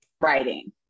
writing